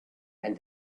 and